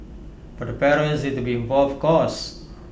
but the parents need to be involved of course